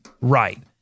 right